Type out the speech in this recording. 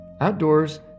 Outdoors